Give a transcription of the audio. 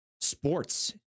sports